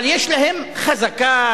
אבל יש להם חזקה,